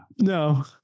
No